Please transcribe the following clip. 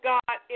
God